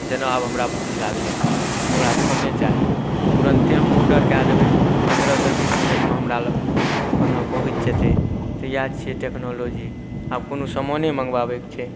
जेना आब हमरा भूख लागलै हँ हमरा खाना चाही तुरन्ते हम ऑडर कऽ देबै पनरहसँ बीस मिनटमे हमरा लग खाना पहुँच जेतै तऽ इएह छिए टेक्नोलॉजी आब कोनो सामाने मँगबाबैके छै